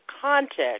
context